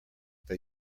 they